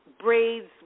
braids